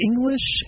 English